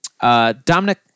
Dominic